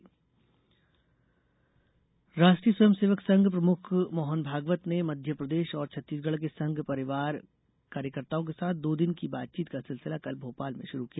आरएसस बैठक राष्ट्रीय स्वयंसेवक संघ प्रमुख मोहन भागवत ने मध्य प्रदेश और छत्तीससगढ़ के संघ परिवार कार्यकर्ताओं के साथ दो दिन की बातचीत का सिलसिला कल भोपाल में शुरू किया